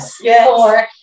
yes